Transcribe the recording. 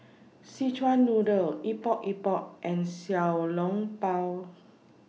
Szechuan Noodle Epok Epok and Xiao Long Bao